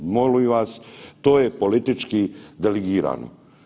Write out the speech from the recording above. Molim vas, to je politički delegirano.